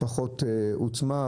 פחות עוצמה,